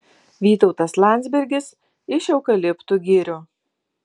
vytautas landsbergis iš eukaliptų girių